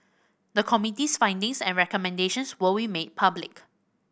the Committee's findings and recommendations will be made public